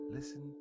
Listen